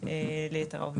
ליתר העובדים.